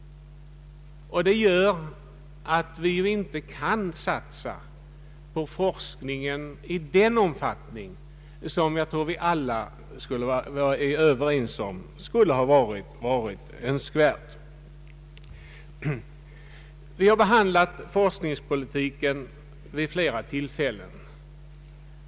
Det gör att vi inte kan satsa på forskningen i den omfattning som jag tror att vi alla anser vara önskvärd. Vi har behandlat forskningspolitiken vid flera tillfällen.